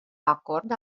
acord